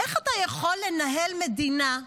איך אתה יכול לנהל מדינה,